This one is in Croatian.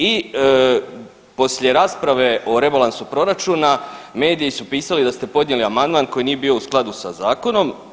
I poslije rasprave o rebalansu proračuna mediji su pisali da ste podnijeli amandman koji nije bio u skladu sa zakonom.